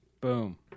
Boom